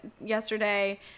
yesterday